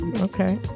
Okay